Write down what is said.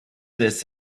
this